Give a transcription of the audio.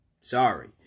Sorry